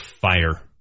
fire